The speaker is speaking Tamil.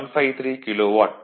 153 கிலோவாட்